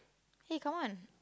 hey come on